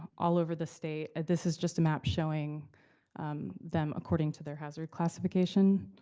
all over the state. this is just a map showing them according to their hazard classification.